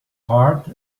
heart